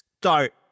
start